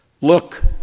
Look